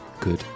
good